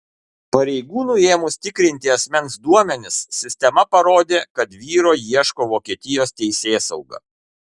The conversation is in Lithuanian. pareigūnui ėmus tikrinti asmens duomenis sistema parodė kad vyro ieško vokietijos teisėsauga